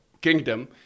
kingdom